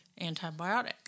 antibiotic